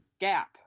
gap